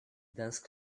dense